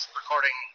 recording